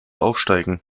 aufsteigen